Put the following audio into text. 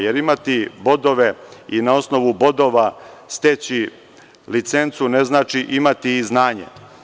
Jer, imati bodove i na osnovu bodova steći licencu, to ne znači imati i znanje.